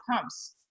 comes